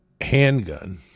handgun